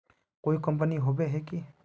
कोई कंपनी होबे है की?